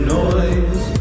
noise